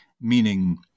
meaning